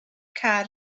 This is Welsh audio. car